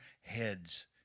heads